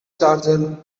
charger